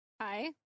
Hi